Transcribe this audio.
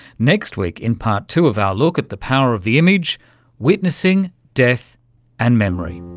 next week in part two of our look at the power of the image witnessing, death and memory.